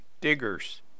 Diggers